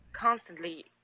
constantly